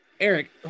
Eric